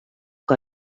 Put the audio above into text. que